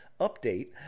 Update